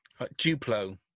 Duplo